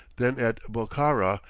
then at bokhara,